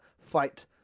fight